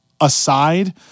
aside